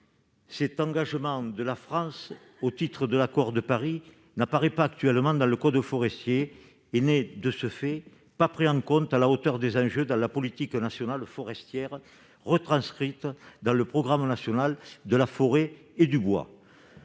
Cet engagement de la France au titre de l'accord de Paris n'apparaît pas, actuellement, dans le code forestier. Il n'est, de ce fait, pas pris en compte à la hauteur des enjeux dans la politique nationale forestière retranscrite dans le programme national de la forêt et du bois.